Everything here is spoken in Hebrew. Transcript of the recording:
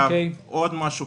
עוד דבר קטן,